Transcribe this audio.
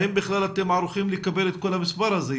האם בכלל אתם ערוכים לקבל את כל המספר הזה?